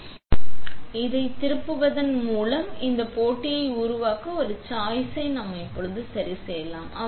இந்த முட்டாள்தனத்தை இங்கே திருப்புவதன் மூலம் இந்த போட்டியை உருவாக்க ஒரு சாய்ஸை இப்போது சரிசெய்யலாம்